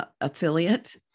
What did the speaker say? affiliate